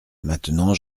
maintenant